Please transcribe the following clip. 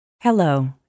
Hello